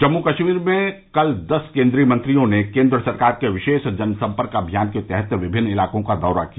जम्मू कश्मीर में कल दस केन्द्रीय मंत्रियों ने केन्द्र सरकार के विशेष जनसंपर्क अभियान के तहत विभिन्न इलाकों का दौरा किया